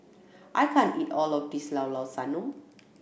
I can't eat all of this Llao Llao Sanum